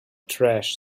trash